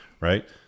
right